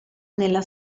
nella